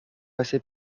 passé